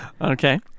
Okay